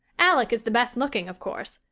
alec is the best looking, of course,